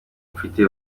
mfite